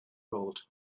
world